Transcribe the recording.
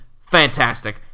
fantastic